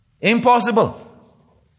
Impossible